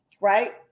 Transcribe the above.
right